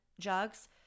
jugs